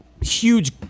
huge